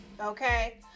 okay